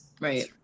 Right